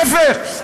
להפך,